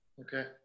Okay